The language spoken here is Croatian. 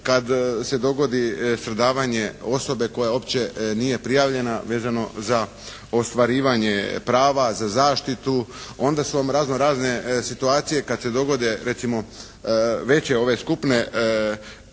kada se dogodi stradavanje osobe koja uopće nije prijavljena vezano za ostvarivanje prava, za zaštitu. Onda su vam razno-razne situacije kada se dogode recimo veće ove skupne